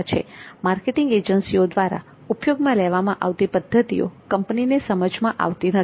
marketing એજન્સીઓ દ્વારા ઉપયોગમાં લેવામાં આવતી પદ્ધતિઓ કંપનીને સમજમાં આવતી નથી